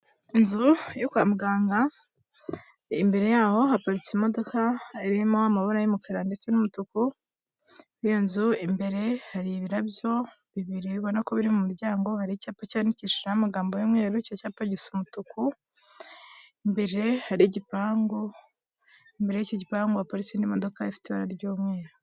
Inzu yo kwa muganga, imbere yaho haparitse imodoka irimo amabara y'umukara ndetse n'umutuku. Iyo nzu imbere hari ibirabyo bibiri ubona ko biri mu muryango, hari icyapa cyandikishijeho amagambo y'umweruru. Icyo cyapa gisa umutuku, imbere hari igipangu, imbere y'icyo gipangu haparitse imodoka ifite ibara ry'umweru.